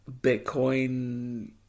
Bitcoin